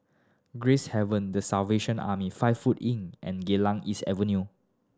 Gracehaven The Salvation Army five foot Inn and Geylang East Avenue